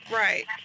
right